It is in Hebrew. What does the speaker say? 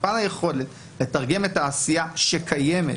בפן היכולת לתרגם את העשייה שקיימת,